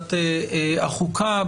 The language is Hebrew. בוועדת החוקה.